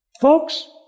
Folks